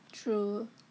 true